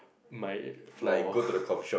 my floor